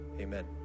amen